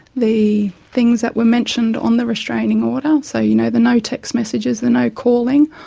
the things that were mentioned on the restraining order, so you know the no text messages, the no calling,